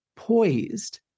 Poised